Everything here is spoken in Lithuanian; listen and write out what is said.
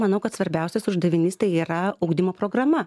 manau kad svarbiausias uždavinys tai yra ugdymo programa